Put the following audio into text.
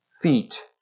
Feet